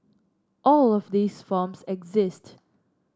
all of these forms exist